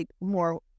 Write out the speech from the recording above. more